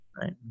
Right